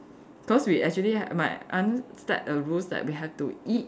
because we actually ha~ my aunt set a rules that we have to eat